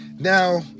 Now